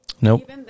Nope